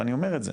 ואני אומר את זה,